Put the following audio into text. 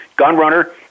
Gunrunner